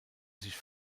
sich